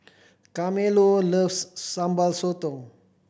Carmelo loves Sambal Sotong